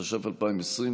התש"ף 2020,